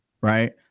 right